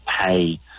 pay